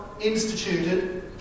Instituted